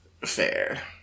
Fair